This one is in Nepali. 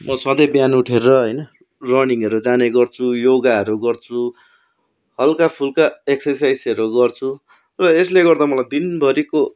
म सधैँ बिहान उठेर होइन रनिङहरू जाने गर्छु योगाहरू गर्छु हल्काफुल्का एक्ससाइजहरू गर्छु र यसले गर्दा मलाई दिनभरिको